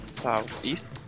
southeast